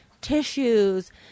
tissues